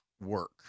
work